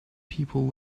people